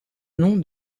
nom